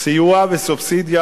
סיוע וסובסידיה